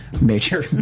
major